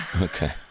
Okay